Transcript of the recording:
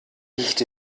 riecht